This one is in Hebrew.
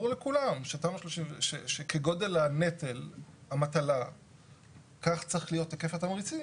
ברור לכולם שכגודל המטלה כך צריך להיות היקף התמריצים.